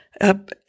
up